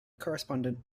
correspondent